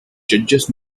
judges